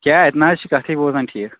کیٛاہ اَتہِ نہَ حظ چھِ کَتھٕے بوزَن ٹھیٖک